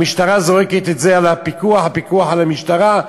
המשטרה זורקת את זה על הפיקוח, הפיקוח על המשטרה.